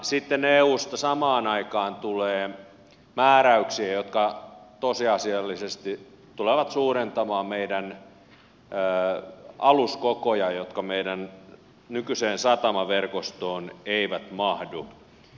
sitten eusta samaan aikaan tulee määräyksiä jotka tosiasiallisesti tulevat suurentamaan meidän aluskokoja jotka meidän nykyiseen satamaverkostoon eivät mahdu